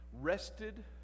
rested